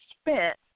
spent